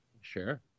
Sure